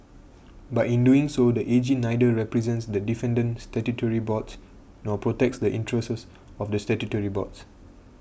but in doing so the A G neither represents the defendant statutory boards nor protects the interests of the statutory boards